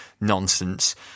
nonsense